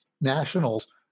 nationals